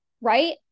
right